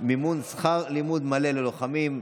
מימון שכר לימוד מלא ללוחמים),